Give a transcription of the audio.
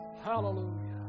Hallelujah